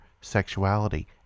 sexuality